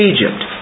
Egypt